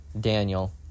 Daniel